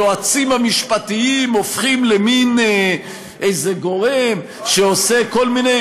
היועצים המשפטיים הופכים למין איזה גורם שעושה כל מיני,